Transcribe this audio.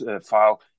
file